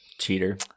Cheater